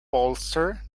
bolster